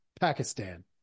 Pakistan